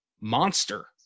monster